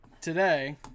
Today